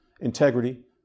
integrity